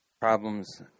problems